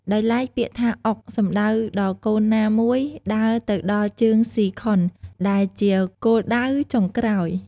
ដោយឡែកពាក្យថា អុក សំដៅដល់កូនណាមួយដើរទៅដល់ជើងស៊ីខុន ដែលជាគោលដៅចុងក្រោយ។